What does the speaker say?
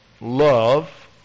love